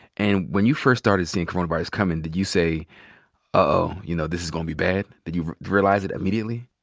and when you first started seeing coronavirus comin', did you say, ah oh, you know, this is gonna be bad? did you realize it immediately?